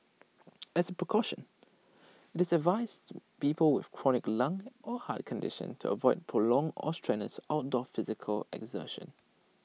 as A precaution IT advised people with chronic lung or heart conditions to avoid prolonged or strenuous outdoor physical exertion